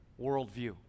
worldview